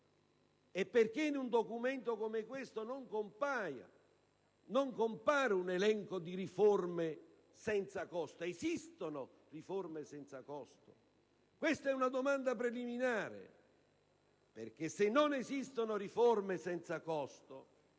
e perché in un documento come questo non compare un elenco di riforme senza costo. Esistono riforme senza costo? Questa è una domanda preliminare, perché se non esistono riforme senza costo